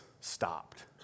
stopped